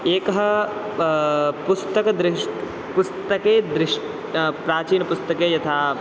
एकः पुस्तकदृष्टे पुस्तके दृश् प्राचीनपुस्तके यथा